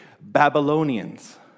Babylonians